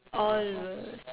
all was